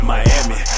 Miami